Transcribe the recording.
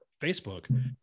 Facebook